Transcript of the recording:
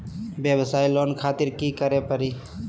वयवसाय लोन खातिर की करे परी?